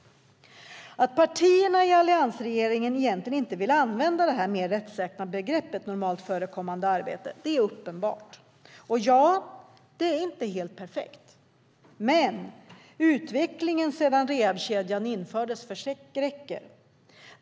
Att partierna i alliansregeringen egentligen inte vill använda det mer rättssäkra begreppet normalt förekommande arbete är uppenbart. Nej, det är inte helt perfekt, men utvecklingen sedan rehabkedjan infördes förskräcker.